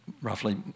roughly